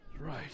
Right